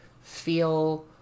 feel